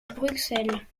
bruxelles